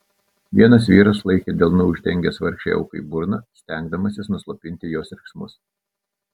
vienas vyras laikė delnu uždengęs vargšei aukai burną stengdamasis nuslopinti jos riksmus